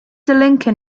lincoln